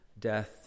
death